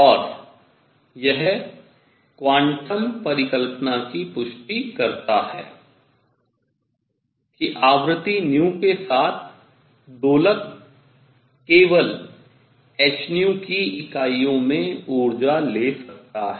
और यह क्वांटम परिकल्पना की पुष्टि करता है कि आवृत्ति के साथ दोलक केवल h की इकाइयों में ऊर्जा ले सकता है